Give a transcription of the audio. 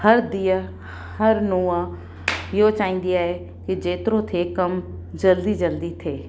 हर धीअ हर नूंहुं इहो चाहींदी आहे की जेतिरो थिए कमु जल्दी जल्दी थिए